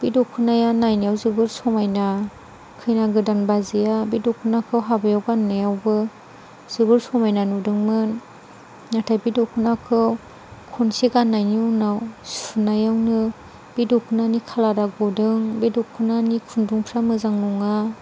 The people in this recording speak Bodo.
बे दख'नाया नायनायाव जोबोर समायना खैना गोदान बाजैआ बे दख'नाखौ हाबायाव गाननायावबो जोबोर समायना नुदोंमोन नाथाय बे दख'नाखौ खनसे गाननायनि उनाव सुनायावनो बे दख'नानि खालारा गदों बे दख'नानि खुन्दुंफ्रा मोजां नङा